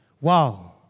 Wow